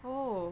oh